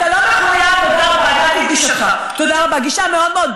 התקנון אומר דבר כזה: השר חייב להיות באולם,